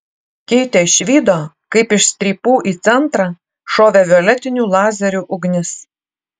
keitė išvydo kaip iš strypų į centrą šovė violetinių lazerių ugnis